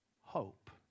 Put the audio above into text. hope